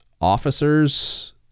officers